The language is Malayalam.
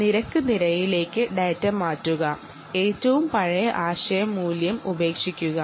അടുത്തതായി നിങ്ങൾ റേറ്റ് അറയിലോട്ട് ഡാറ്റ മാറ്റുക ഏറ്റവും പഴയ മൂല്യം ഉപേക്ഷിക്കുക